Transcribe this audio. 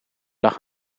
lag